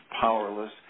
powerless